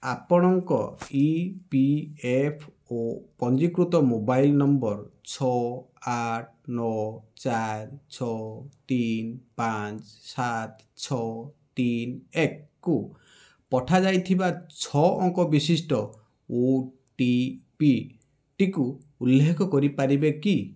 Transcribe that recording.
ଆପଣଙ୍କ E P F O ପଞ୍ଜିକୃତ mobile number ଛଅ ଆଠ ନଅ ଚାର ଛଅ ତିନି ପାଞ୍ଚ ସାତ ଛଅ ତିନି ଏକ କୁ ପଠାଯାଇଥିବା ଛଅ ଅଙ୍କ ବିଶିଷ୍ଟ ଓଟିପିଟିକୁ ଉଲ୍ଲେଖ କରିପାରିବେ କି